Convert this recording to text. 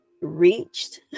reached